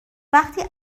وقتی